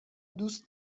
دوست